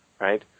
right